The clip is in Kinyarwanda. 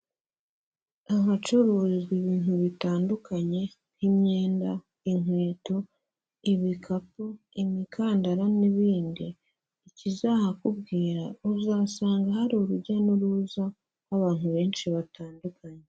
Ahacururizwa ibintu bitandukanye nk'imyenda, inkweto, ibikapu, imikandara n'ibindi, ikizahakubwira uzasanga hari urujya n'uruza rw'abantu benshi batandukanye.